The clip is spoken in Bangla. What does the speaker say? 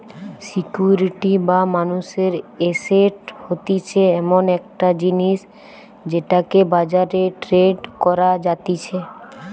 সিকিউরিটি বা মানুষের এসেট হতিছে এমন একটা জিনিস যেটাকে বাজারে ট্রেড করা যাতিছে